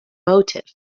motive